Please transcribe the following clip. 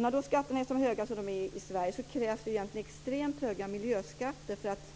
När skatterna är så höga som de är i Sverige krävs det extremt höga miljöskatter för att